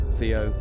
Theo